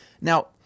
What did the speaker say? Now